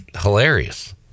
hilarious